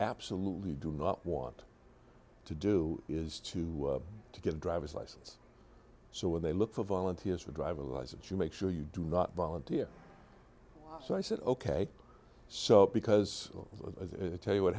absolutely do not want to do is to get a driver's license so when they look for volunteers for a driver license you make sure you do not volunteer so i said ok so because tell you what